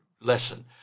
lesson